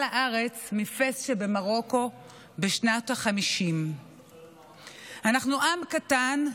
לארץ מפאס שבמרוקו בשנת 1950. אנו עם קטן,